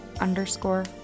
underscore